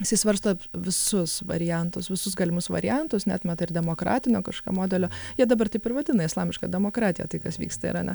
jisai svarsto visus variantus visus galimus variantus neatmeta ir demokratinio kaškio modelio jie dabar taip ir vadina islamiška demokratija tai kas vyksta irane